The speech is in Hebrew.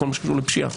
בכל מה שקשור לפשיעה.